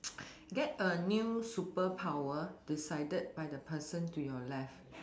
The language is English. get a new superpower decided by the person to your left